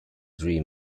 three